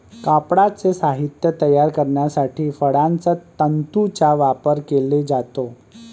कापडाचे साहित्य तयार करण्यासाठी फळांच्या तंतूंचा वापर केला जातो